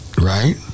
Right